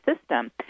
system